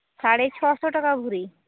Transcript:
ᱥᱟᱲᱮ ᱪᱷᱚᱥᱚ ᱴᱟᱠᱟ ᱵᱷᱚᱨᱤ